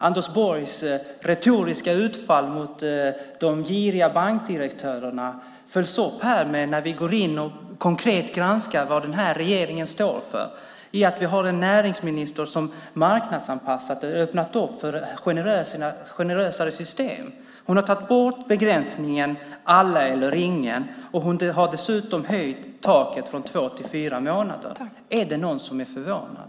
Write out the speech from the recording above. Anders Borgs retoriska utfall mot de giriga bankdirektörerna följs upp av det vi ser när vi går in och konkret granskar vad regeringen står för. Vi har en näringsminister som marknadsanpassar och har öppnat för mer generösa system. Hon har tagit bort begränsningen om alla eller ingen. Hon har dessutom höjt taket från två till fyra månader. Är det någon som är förvånad?